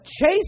Chase